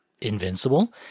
Invincible